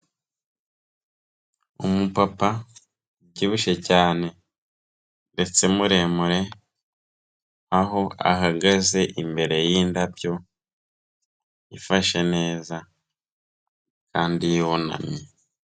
Umupapa ubyibushye cyane ndetse muremure, aho ahagaze imbere y'indabyo, yifashe neza kandi yunamye.